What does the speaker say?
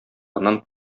аннан